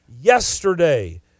Yesterday